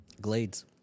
Glades